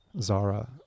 Zara